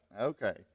okay